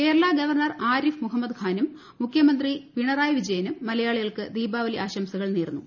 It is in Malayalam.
കേരള ഗവർണർ ആരിഫ്ട് മുഹമ്മദ് ഖാനും മുഖ്യമന്ത്രി പിണറായി വിജയനും മല്ലയാളികൾക്ക് ദീപാവലി ആശംസകൾ നേർന്നു